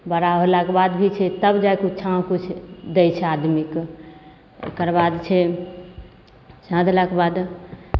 बड़ा होलाके बाद भी छै तब जाके ओ छाँव किछु दै छै आदमीके एकर बाद छै छाँव देलाके बाद